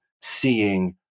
seeing